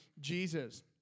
Jesus